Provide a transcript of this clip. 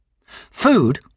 Food